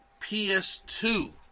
PS2